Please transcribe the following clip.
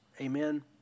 Amen